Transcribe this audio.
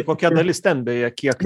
kokia dalis ten beje kiek